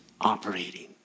operating